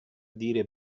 dire